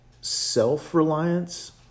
self-reliance